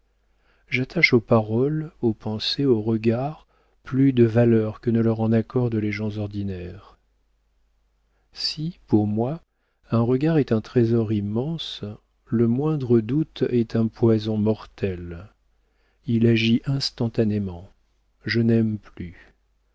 j'attache aux paroles aux pensées aux regards plus de valeur que ne leur en accordent les gens ordinaires si pour moi un regard est un trésor immense le moindre doute est un poison mortel il agit instantanément je n'aime plus